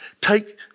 take